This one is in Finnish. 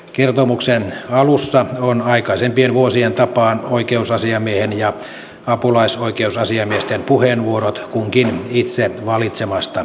kertomuksen alussa on aikaisempien vuosien tapaan oikeusasiamiehen ja apulaisoikeusasiamiesten puheenvuorot kunkin itse valitsemasta aiheesta